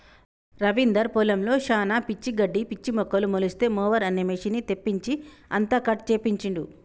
రవీందర్ పొలంలో శానా పిచ్చి గడ్డి పిచ్చి మొక్కలు మొలిస్తే మొవెర్ అనే మెషిన్ తెప్పించి అంతా కట్ చేపించిండు